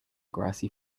grassy